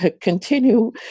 continue